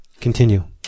Continue